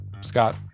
Scott